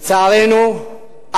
לצערנו,